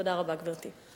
תודה רבה, גברתי.